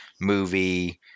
movie